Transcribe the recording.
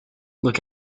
look